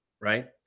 Right